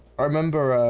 i remember, um,